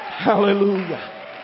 Hallelujah